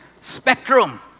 spectrum